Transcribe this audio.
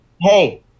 Hey